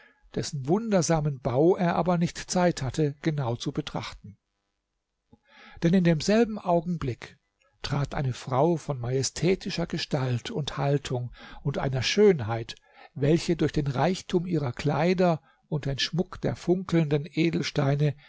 dessen wundersamen bau er aber nicht zeit hatte genau zu betrachten denn in demselben augenblick trat eine frau von majestätischer gestalt und haltung und einer schönheit welche durch den reichtum ihrer kleider und den schmuck der funkelnden edelsteine